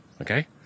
okay